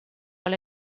alle